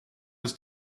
was